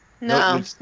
No